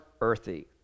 earthy